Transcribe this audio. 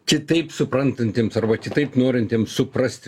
kitaip suprantantiems arba kitaip norintiems suprasti